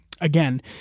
again